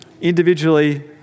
Individually